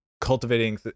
cultivating